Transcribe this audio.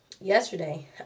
Yesterday